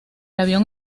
avión